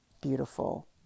beautiful